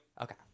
Okay